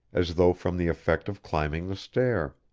as though from the effect of climbing the stair.